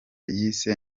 yise